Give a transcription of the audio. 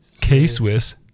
K-Swiss